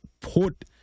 put